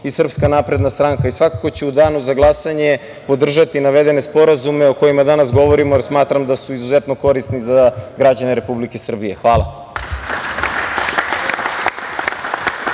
Aleksandar Vučić i SNS. Svakako ću u danu za glasanje podržati navedene sporazume o kojima danas govorimo, jer smatram da su izuzetno korisni za građane Republike Srbije. Hvala.